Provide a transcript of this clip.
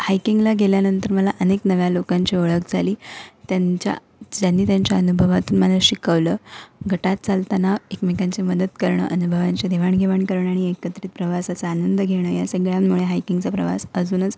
हायकिंगला गेल्यानंतर मला अनेक नव्या लोकांची ओळख झाली त्यांच्या ज्यांनी त्यांच्या अनुभवातून मला शिकवलं गटात चालताना एकमेकांची मदत करणं अनुभवांची देवाणघेवाण करणं आणि एकत्रित प्रवासाचा आनंद घेणं या सगळ्यांमुळे हायकिंगचा प्रवास अजूनच